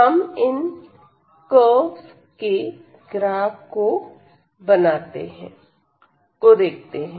हम इन कर्वस के ग्राफ को देखते हैं